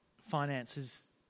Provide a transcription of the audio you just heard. finances